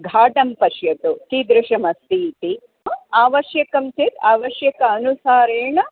घटं पश्यतु कीदृशमस्ति इति आवश्यकं चेत् आवश्यक अनुसारेण